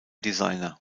designer